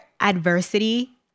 adversity